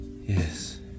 Yes